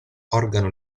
organo